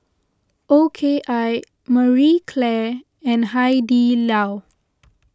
O K I Marie Claire and Hai Di Lao